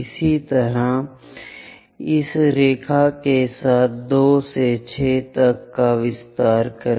इसी तरह इस रेखा के साथ 2 से 6 तक का विस्तार करें